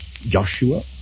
Joshua